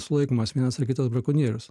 sulaikomas vienas ar kitas brakonierius